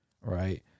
Right